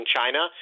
China